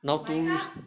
not too